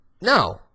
No